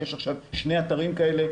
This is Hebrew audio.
יש עכשיו שני אתרים כאלה,